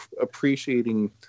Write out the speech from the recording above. appreciating